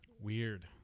Weird